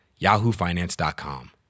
yahoofinance.com